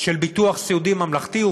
של ביטוח סיעודי ממלכתי,